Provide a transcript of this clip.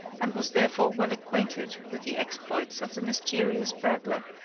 and was therefore well acquainted with the exploits of the mysterious burglar.